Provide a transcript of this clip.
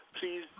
please